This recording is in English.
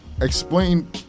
explain